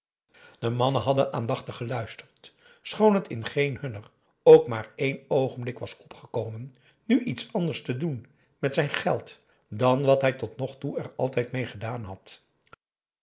de mannen hadden aandachtig geluisterd schoon het in geen hunner ook maar één oogenblik was opgekomen nu iets anders te doen met zijn geld dan wat hij totnogtoe er altijd mee had